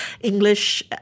English